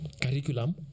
curriculum